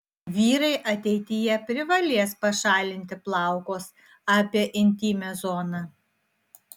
vyrai ateityje privalės pašalinti plaukus apie intymią zoną